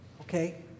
Okay